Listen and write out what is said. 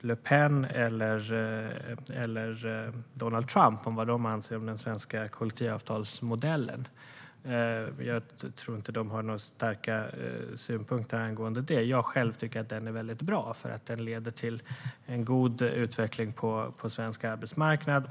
Le Pen eller Donald Trump när det gäller vad de anser om den svenska kollektivavtalsmodellen - jag tror inte att de har några starka synpunkter angående det. Jag själv tycker att den är väldigt bra, för den leder till en god utveckling på svensk arbetsmarknad.